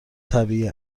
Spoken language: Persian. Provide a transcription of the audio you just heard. طبیعی